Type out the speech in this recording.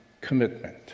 commitment